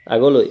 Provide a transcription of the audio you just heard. আগলৈ